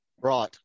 Right